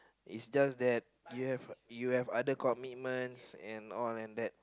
it's just that you have you have other commitments and all and that